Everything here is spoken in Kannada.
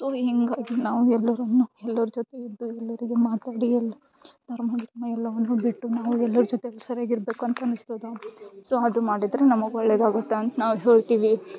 ಸೊ ಹಿಂಗಾಗಿ ನಾವು ಎಲ್ಲರನ್ನು ಎಲ್ಲರ ಜೊತೆ ಇದ್ದು ಎಲ್ಲರಿಗೆ ಮಾತಾಡಿ ಎಲ್ಲ ಧರ್ಮ ಗಿರ್ಮ್ ಎಲ್ಲಾವನ್ನು ಬಿಟ್ಟು ನಾವು ಎಲ್ಲರು ಜೊತೆ ಸರಿಯಾಗಿರ್ಬೇಕು ಅಂತ ಅನಿಸ್ತದೆ ಸೊ ಅದು ಮಾಡಿದ್ರೆ ನಮಗೆ ಒಳ್ಳೇದಾಗುತ್ತೆ ಅಂತ ನಾವು ಹೇಳ್ತಿವಿ